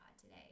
today